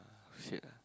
how to said ah